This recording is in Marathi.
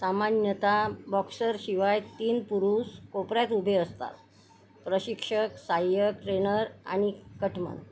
सामान्यतः बॉक्सरशिवाय तीन पुरुष कोपऱ्यात उभे असतात प्रशिक्षक सहाय्यक ट्रेनर आणि कटमन